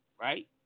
right